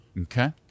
Okay